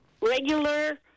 regular